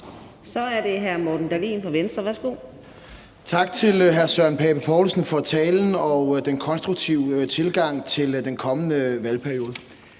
Så er det hr. Morten Dahlin fra Venstre. Værsgo. Kl. 15:52 Morten Dahlin (V): Tak til hr. Søren Pape Poulsen for talen og den konstruktive tilgang til den kommende valgperiode.